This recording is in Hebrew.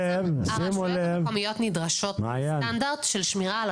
הרשויות המקומיות נדרשות לסטנדרט של שמירה על